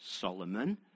Solomon